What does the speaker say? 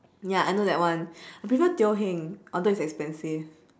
ya I know that one I prefer teo heng although it's expensive